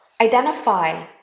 Identify